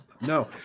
No